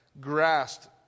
grasped